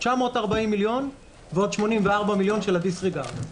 940 מיליון ועוד 84 מיליון של ה-Disregard.